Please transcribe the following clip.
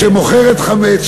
עיר שמוכרת חמץ,